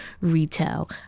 retail